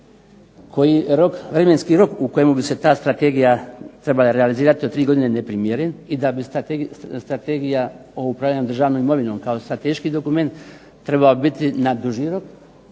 da je vremenski rok u kojemu bi se ta strategija trebala realizirati od tri godine neprimjeren i da bi strategija o upravljanju državnom imovinom kao strateški dokument trebao biti na duži rok,